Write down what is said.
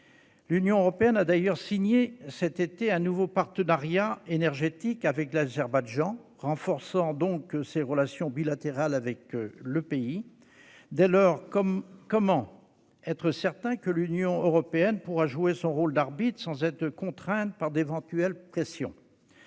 L'Union européenne a d'ailleurs signé cet été un nouveau partenariat énergétique avec l'Azerbaïdjan, renforçant ainsi ses relations bilatérales avec ce pays. Dès lors, comment être certain qu'elle pourra jouer son rôle d'arbitre sans être contrainte par d'éventuelles pressions ?